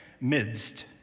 midst